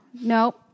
no